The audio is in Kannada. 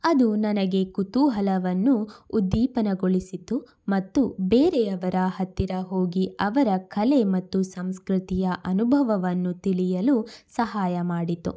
ಅದು ನನಗೆ ಕುತೂಹಲವನ್ನು ಉದ್ದೀಪನಗೊಳಿಸಿತು ಮತ್ತು ಬೇರೆಯವರ ಹತ್ತಿರ ಹೋಗಿ ಅವರ ಕಲೆ ಮತ್ತು ಸಂಸ್ಕೃತಿಯ ಅನುಭವವನ್ನು ತಿಳಿಯಲು ಸಹಾಯ ಮಾಡಿತು